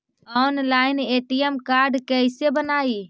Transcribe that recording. Online ATM card कैसे बनाई?